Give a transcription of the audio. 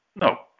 No